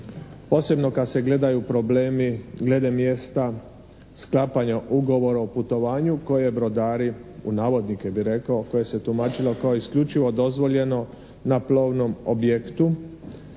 posebno kad se gledaju problemi glede mjesta sklapanja ugovora o putovanju koje brodari, u navodnike bih rekao, koje se tumačilo kao isključivo dozvoljeno na plovnom objektu